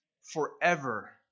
forever